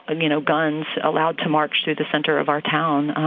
ah you know, guns allowed to march through the center of our town?